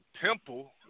Temple